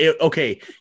okay